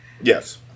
Yes